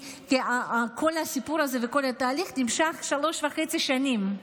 כל הסיפור הזה, כל התהליך נמשך שלוש וחצי שנים,